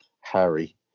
Harry